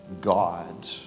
God